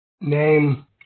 Name